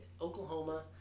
Oklahoma